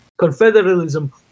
Confederalism